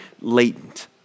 latent